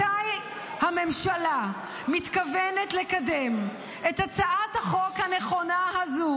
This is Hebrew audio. מתי הממשלה מתכוונת לקדם את הצעת החוק הנכונה הזו,